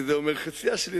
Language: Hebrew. וזה אומר חציה שלי,